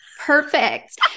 Perfect